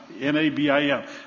N-A-B-I-M